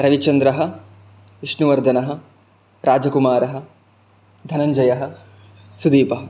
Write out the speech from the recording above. रविचन्द्रः विष्णुवर्धनः राजकुमारः धनञ्जयः सुदीपः